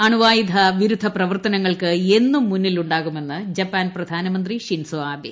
അണായുധ വിരുദ്ധ പ്രവർത്തനങ്ങൾക്ക് എന്നും മുന്നിലുണ്ടാകുമെന്ന് ജപ്പാൻ പ്രധാനമന്ത്രി ഷിൻസോ ആബെ